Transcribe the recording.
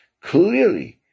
clearly